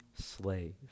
slave